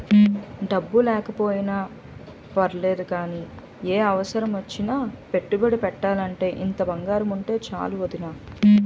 డబ్బు లేకపోయినా పర్లేదు గానీ, ఏ అవసరమొచ్చినా పెట్టుబడి పెట్టాలంటే ఇంత బంగారముంటే చాలు వొదినా